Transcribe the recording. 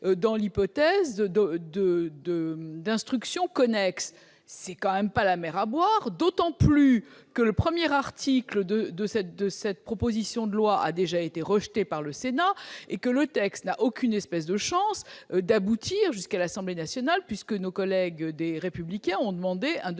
dans l'hypothèse d'instructions connexes. Ce n'est quand même pas la mer à boire, d'autant plus que l'article 1 de cette proposition de loi a déjà été rejeté par le Sénat et que le texte n'a aucune espèce de chance d'arriver jusqu'à l'Assemblée nationale, puisque nos collègues du groupe Les Républicains ont demandé un deuxième